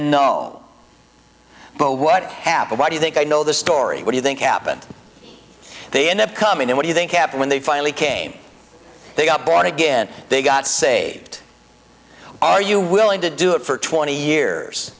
no but what happened why do you think i know the story what you think happened they end up coming in what you think happened when they finally came they got born again they got saved are you willing to do it for twenty years